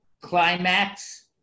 climax